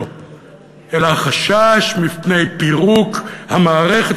לא החשש מפני התוצאות שלו אלא החשש מפני פירוק המערכת